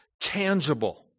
tangible